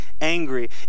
angry